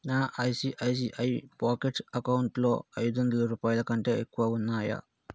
నా ICICI pockets అకౌంటులో ఐదు వందల రూపాయల కంటే ఎక్కువ ఉన్నాయా